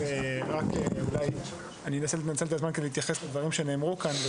אתייחס לדברים שנאמרו כאן.